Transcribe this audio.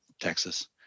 Texas